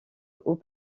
aux